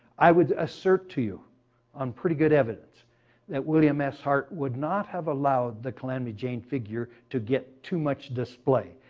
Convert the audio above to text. i would assert to you on pretty good evidence that william s. hart would not have allowed the calamity jane figure to get too much display.